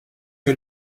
que